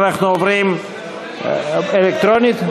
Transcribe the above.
אלקטרונית?